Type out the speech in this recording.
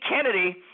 Kennedy